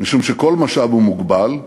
משום שכל משאב הוא מוגבל,